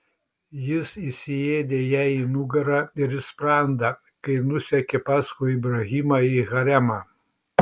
jis įsiėdė jai į nugarą ir į sprandą kai nusekė paskui ibrahimą į haremą